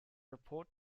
report